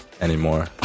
anymore